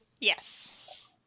Yes